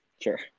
Sure